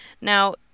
Now